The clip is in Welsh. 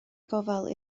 gofal